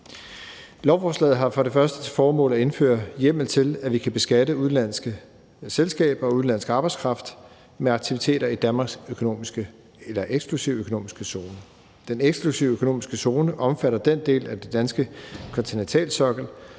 Lovforslaget har først og fremmest til formål at indføre hjemmel til, at vi kan beskatte udenlandske selskaber og udenlandsk arbejdskraft med aktiviteter i Danmarks eksklusive økonomiske zone. Den eksklusive økonomiske zone omfatter den del af den danske kontinentalsokkel,